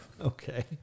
Okay